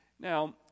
Now